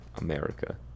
America